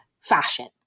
fashion